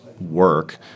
work